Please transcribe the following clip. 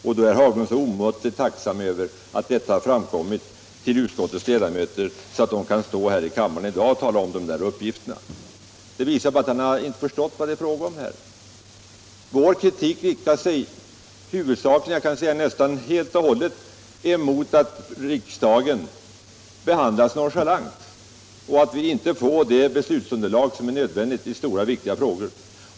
Och då är herr Haglund så omåttligt tacksam över att utskottets ledamöter har fått uppgifterna och kan stå här i kammaren i dag och tala om dem! Det visar att herr Haglund inte har förstått vad det är fråga om. Vår kritik riktar sig nästan helt och hållet mot att riksdagen behandlas nonchalant och att vi inte får det beslutsunderlag som är nödvändigt i stora och viktiga frågor.